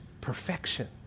perfection